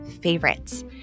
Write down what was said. favorites